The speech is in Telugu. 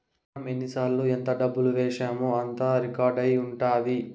మనం ఎన్నిసార్లు ఎంత డబ్బు వేశామో అంతా రికార్డ్ అయి ఉంటది